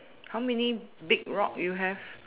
how many big rock you have